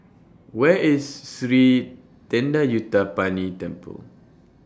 Where IS Sri Thendayuthapani Temple